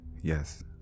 Yes